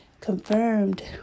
confirmed